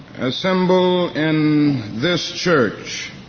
assembled in this church